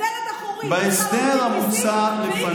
בדלת אחורית עשתה לו --- והיא גם צריכה לתת חוות דעת.